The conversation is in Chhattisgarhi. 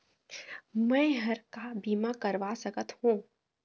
मैं हर का बीमा करवा सकत हो?